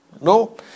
No